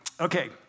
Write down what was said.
Okay